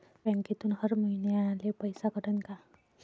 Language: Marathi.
बँकेतून हर महिन्याले पैसा कटन का?